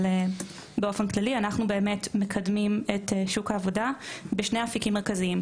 אבל באופן כללי אנחנו באמת מקדמים את שוק העבודה בשני אפיקים מרכזיים,